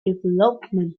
development